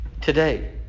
today